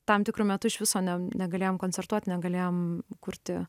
tam tikru metu iš viso negalėjom koncertuot negalėjom kurti